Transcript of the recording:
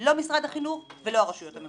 לא משרד החינוך ולא הרשויות המקומיות.